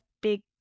big